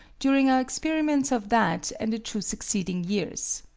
during our experiments of that and the two succeeding years.